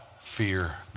fear